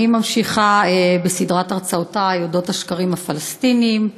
אני ממשיכה בסדרת הרצאותי על אודות השקרים הפלסטיניים,